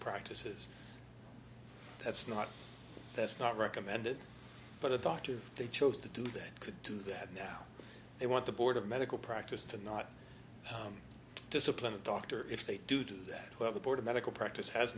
practices that's not that's not recommended but a doctor if they chose to do that could do that now they want the board of medical practice to not discipline a doctor if they do do that the board of medical practice has